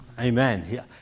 Amen